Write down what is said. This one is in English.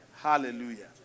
Hallelujah